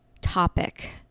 topic